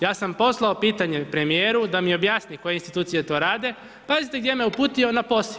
Ja sam poslao pitanje premijeru da mi objasni koje institucije to rade, pazite gdje me uputio, na POSI.